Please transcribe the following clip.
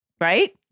Right